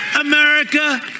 America